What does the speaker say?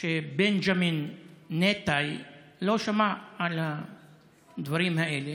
שבנג'מין ניתאי לא שמע על הדברים האלה